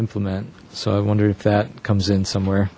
implement so i wonder if that comes in somewhere